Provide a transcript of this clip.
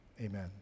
Amen